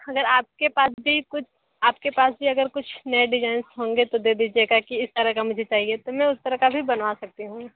अगर आपके पास भी कुछ आपके पास भी अगर कुछ नए डिज़ाइनज़ होंगे तो दे दीजिएगा कि इस तरह का मुझे चाहिए तो मैं उस तरह का भी बनवा सकती हूँ